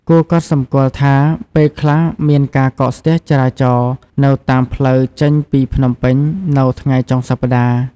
គួរកត់សម្គាល់ថា ពេលខ្លះមានការកកស្ទះចរាចរណ៍នៅតាមផ្លូវចេញពីភ្នំពេញនៅថ្ងៃចុងសប្តាហ៍។